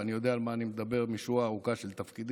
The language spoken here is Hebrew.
ואני יודע על מה אני מדבר משורה ארוכה של תפקידים.